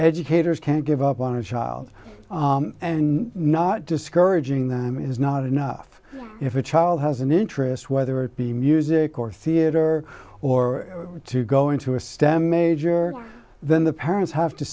educators can't give up on a child and not discouraging them is not enough if a child has an interest whether it be music or theater or to go into a stem major then the parents have to